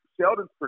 Sheldon's